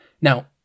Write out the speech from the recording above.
Now